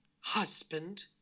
husband